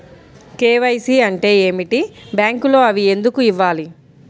KYC అంటే ఏమిటి? బ్యాంకులో అవి ఎందుకు ఇవ్వాలి?